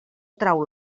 trau